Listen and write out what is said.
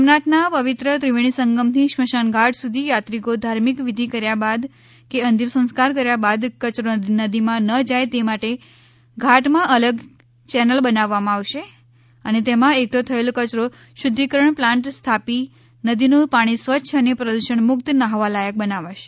સોમનાથ ના પવિત્ર ત્રિવેણી સંગમ થી સ્મશાન ધાટ સુધી યાત્રિકો ધાર્મિક વિધિ કર્યા બાદ કે અંતિમ સંસ્કાર કર્યા બાદ કચરો નદીમાં ન જાય તે માટે ધાટમાં અલગ ચેનલ બનવવામા આવશે અને તેમાં એકઠો થયેલો કચરો શુધ્ધિકરણ પ્લાન્ટ સ્થાપી નદીનું પાણી સ્વચ્છ અને પ્રદુષણ મુક્ત ન્હાવા લાયક બનાવાશે